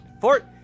Fort